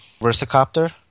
Versacopter